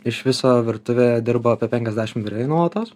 iš viso virtuvėje dirba apie penkiasdešim virėjų nuolatos